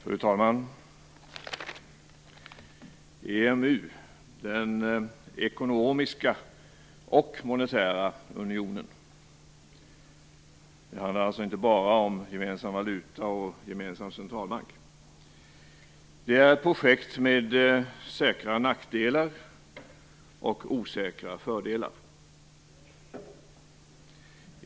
Fru talman! EMU är både en ekonomisk och en monetär union. Det handlar alltså inte bara om gemensam valuta och gemensam centralbank. Det är ett projekt med säkra nackdelar och osäkra fördelar.